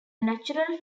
natural